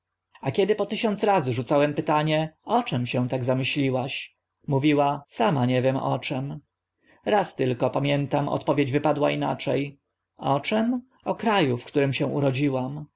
a kiedy po tysiąc razy rzucałem pytanie o czym się tak zamyśliłaś mówiła sama nie wiem o czym raz tylko pamiętam odpowiedź wypadła inacze o czym o krau w którym się rodziłam